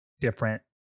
different